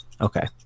Okay